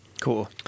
Cool